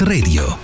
Radio